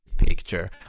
picture